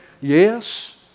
yes